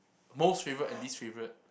most favourite and least favourite